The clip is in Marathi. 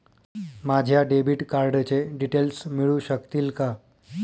माझ्या डेबिट कार्डचे डिटेल्स मिळू शकतील का?